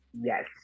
Yes